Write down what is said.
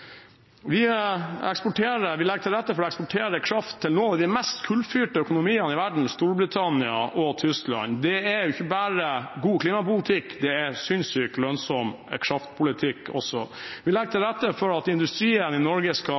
er oppsiktsvekkende. Vi legger til rette for å eksportere kraft til noen av de mest kullfyrte økonomiene i verden – Storbritannia og Tyskland. Det er ikke bare god klimapolitikk, det er også sinnsykt lønnsom kraftpolitikk. Vi legger til rette for at industrien i Norge skal